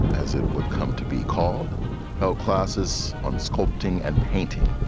as it would come to be called help classes on sculpting and painting.